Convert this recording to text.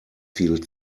viel